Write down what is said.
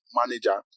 manager